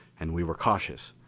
and we were cautious.